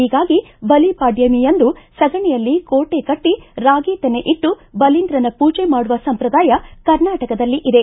ಹೀಗಾಗಿ ಬಲಿಪಾಡ್ಡಮಿಯಂದು ಸಗಣಿಯಲ್ಲಿ ಕೋಟೆ ಕಟ್ಟ ರಾಗಿ ತೆನೆ ಇಟ್ಟು ಬಲೀಂದ್ರನ ಪೂಜೆ ಮಾಡುವ ಸಂಪ್ರದಾಯ ಕರ್ನಾಟಕದಲ್ಲಿ ಇದೆ